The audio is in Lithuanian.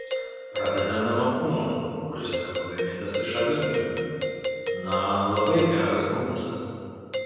pradedame nuo humuso kuris yra pagamintas iš avinžirnių na labai geras humusas